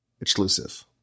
exclusive